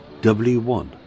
W1